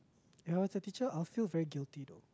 if I were the teacher I feel very guilty though